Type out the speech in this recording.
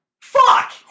Fuck